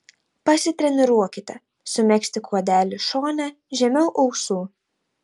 pasitreniruokite sumegzti kuodelį šone žemiau ausų